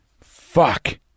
Fuck